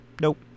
nope